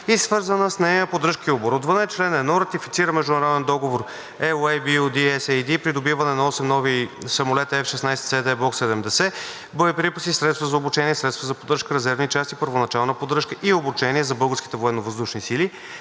и свързана с нея поддръжка и оборудване Чл. 1. Ратифицира Международен договор (LOA) BU-D-SAD „Придобиване на 8 (осем) нови самолета F-16C/D Block 70, боеприпаси, средства за обучение, средства за поддръжка, резервни части, първоначална поддръжка и обучение за Българските военновъздушни сили“,